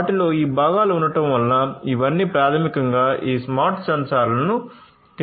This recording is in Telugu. వాటిలో ఈ భాగాలు ఉండటం వల్ల ఇవన్నీ ప్రాథమికంగా ఈ స్మార్ట్ సెన్సార్లను తెలివిగా చేస్తాయ